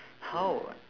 how